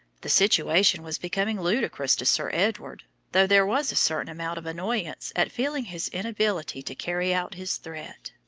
the situation was becoming ludicrous to sir edward, though there was a certain amount of annoyance at feeling his inability to carry out his threat.